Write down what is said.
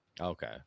Okay